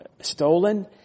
stolen